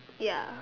ya